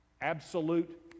Absolute